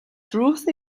truth